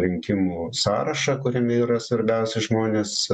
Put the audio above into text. rinkimų sąrašą kuriame yra svarbiausi žmonės